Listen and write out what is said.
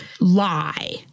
lie